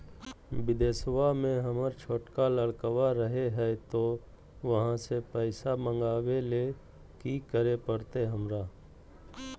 बिदेशवा में हमर छोटका लडकवा रहे हय तो वहाँ से पैसा मगाबे ले कि करे परते हमरा?